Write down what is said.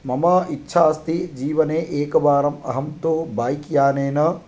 मम इच्छा अस्ति जीवने एकवारम् अहं तु बैक्यानेन